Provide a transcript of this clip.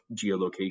geolocation